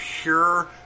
pure